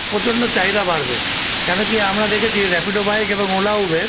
প্রচণ্ড চাহিদা বাড়বে কেন কি আমরা দেখেছি র্যাপিডো বাইক এবং ওলা উবের